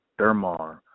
Dermar